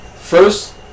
First